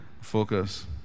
Focus